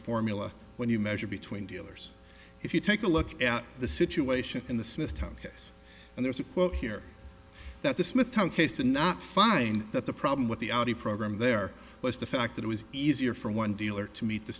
formula when you measure between dealers if you take a look at the situation in the smithtown case and there's a quote here that the smithtown case did not find that the problem with the audi program there was the fact that it was easier for one dealer to meet the